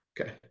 Okay